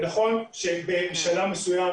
נכון שבשלב מסוים